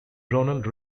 ronald